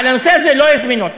על הנושא הזה לא יזמינו אותו.